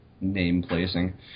name-placing